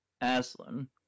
Aslan